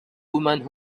woman